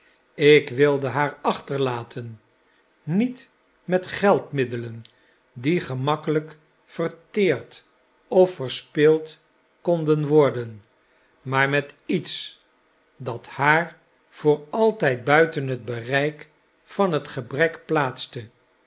ik wilde haar achteriaten niet met geldmiddelen die gemakkelijk verteerd of verspild konden worden maar met iets dat haar voor altijd buiten het bereik van het gebrek plaatste